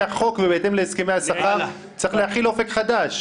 החוק ובהתאם להסכמי השכר צריך להחיל "אופק חדש".